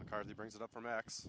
mccarthy brings it up for max